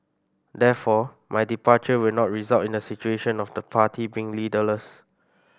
therefore my departure will not result in a situation of the party being leaderless